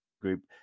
group